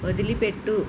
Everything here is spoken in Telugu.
వదిలిపెట్టు